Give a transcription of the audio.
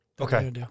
Okay